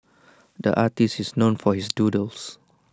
the artist is known for his doodles